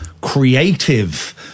creative